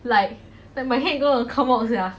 like my head gonna come out sia